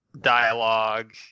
dialogue